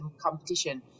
competition